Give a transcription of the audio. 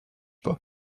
pas